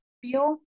feel